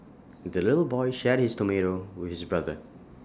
the little boy shared his tomato with his brother